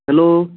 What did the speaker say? hello